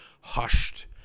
hushed